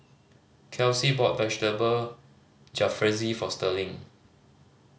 Kelsi bought Vegetable Jalfrezi for Sterling